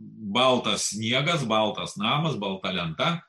baltas sniegas baltas namas balta lenta